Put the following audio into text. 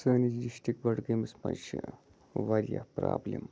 سٲنِس ڈِسٹِرٛک بَڈگٲمِس مَنٛز چھِ واریاہ پرٛابلِم